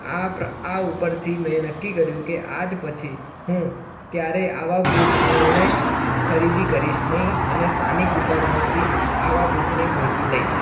આ પ્ર ઉપરથી મેં નક્કી કર્યું કે આજ પછી હું ક્યારેય આવા બૂટ ઓનલાઈન ખરીદી કરીશ નહીં અને સ્થાનિક દુકાનોમાંથી આવા બૂટને મેળવી લઈશ